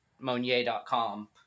Monier.com